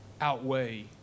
outweigh